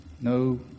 no